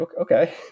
okay